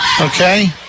Okay